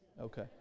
Okay